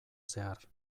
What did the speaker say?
zehar